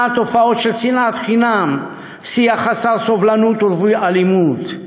תופעות של שנאת חינם ושיח חסר סובלנות ורווי אלימות,